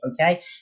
okay